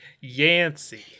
Yancy